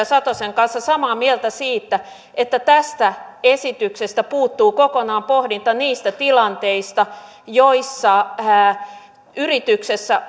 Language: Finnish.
satosen kanssa samaa mieltä siitä että tästä esityksestä puuttuu kokonaan pohdinta niistä tilanteista joissa yrityksessä